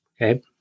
Okay